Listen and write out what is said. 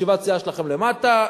ישיבת סיעה שלכם למטה,